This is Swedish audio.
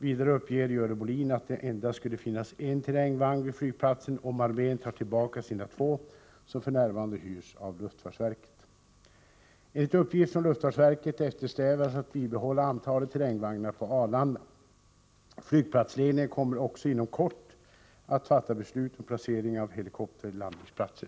Vidare uppger Görel Bohlin att det endast skulle finnas en terrängvagn vid flygplatsen om armén tar tillbaka sina två som f. n. hyrs av luftfartsverket. Enligt uppgift från luftfartsverket eftersträvas att bibehålla antalet terrängvagnar på Arlanda. Flygplatsledningen kommer också inom kort att fatta beslut om placering av helikopterlandningsplatser.